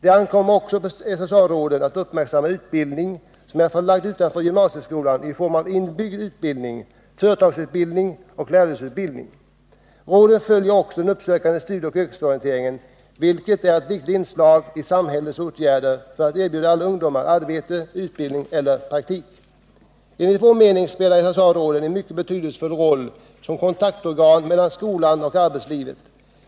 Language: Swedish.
Det ankommer också på SSA råden att uppmärksamma utbildning som är förlagd utanför gymnasieskolan i form av inbyggd utbildning, företagsutbildning och lärlingsutbildning. Råden följer också den uppsökande studieoch yrkesorienteringen, vilket är ett viktigt inslag i samhällets åtgärder i syfte att erbjuda alla ungdomar arbete, utbildning eller praktik. Enligt vår mening spelar SSA-råden en mycket betydelsefull roll som kontaktorgan mellan skolan och arbetslivet.